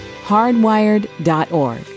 hardwired.org